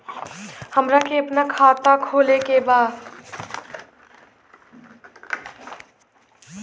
हमरा के अपना खाता खोले के बा?